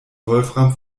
wolfram